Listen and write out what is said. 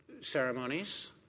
ceremonies